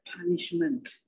punishment